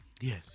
yes